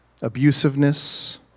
abusiveness